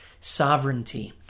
sovereignty